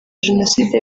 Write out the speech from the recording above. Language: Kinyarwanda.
jenoside